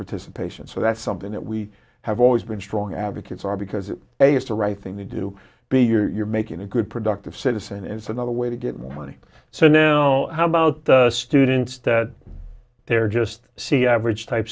participation so that's something that we have always been strong advocates are because it a it's a right thing to do be you're making a good productive citizen is another way to get more money so now how about the students that they're just c average type